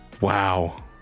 wow